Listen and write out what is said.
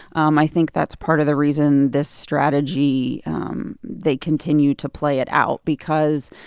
um i think that's part of the reason this strategy they continue to play it out because,